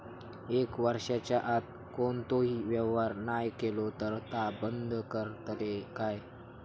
एक वर्षाच्या आत कोणतोही व्यवहार नाय केलो तर ता बंद करतले काय?